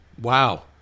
Wow